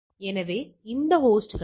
எனவே நாம் என்ன செய்வது